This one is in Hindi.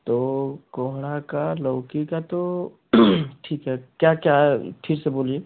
तो कोहणा का लौकी का तो ठीक है क्या क्या है ठीक है बोलिए